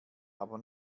aber